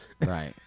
Right